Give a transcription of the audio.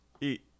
Eat